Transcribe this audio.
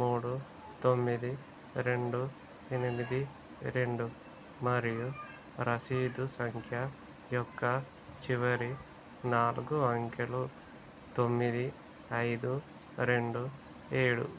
మూడు తొమ్మిది రెండు ఎనిమిది రెండు మరియు రసీదు సంఖ్య యొక్క చివరి నాలుగు అంకెలు తొమ్మిది ఐదు రెండు ఏడు